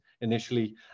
initially